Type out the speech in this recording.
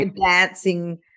dancing